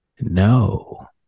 No